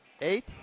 eight